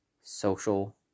social